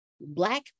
Black